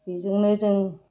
बेजोंनो जों